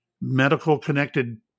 medical-connected